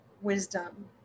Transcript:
wisdom